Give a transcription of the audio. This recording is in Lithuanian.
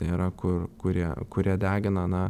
yra kur kurie kurie degina na